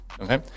Okay